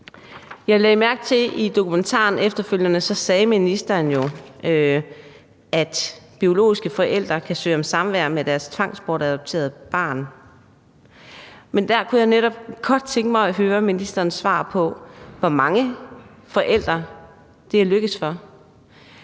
jeg mærke til efterfølgende, at ministeren sagde, at biologiske forældre kan søge om samvær med deres tvangsbortadopterede barn. Men der kunne jeg netop godt tænke mig at høre ministerens svar på, hvor mange forældre det er lykkedes for.